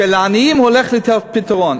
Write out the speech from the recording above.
שלעניים הוא הולך לתת פתרון.